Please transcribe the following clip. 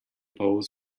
polls